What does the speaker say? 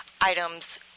items